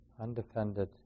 undefended